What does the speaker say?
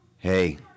Hey